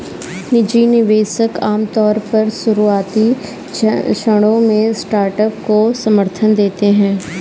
निजी निवेशक आमतौर पर शुरुआती क्षणों में स्टार्टअप को समर्थन देते हैं